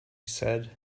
said